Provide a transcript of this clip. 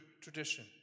tradition